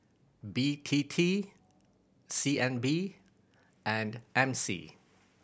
B T T C N B and M C